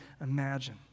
imagine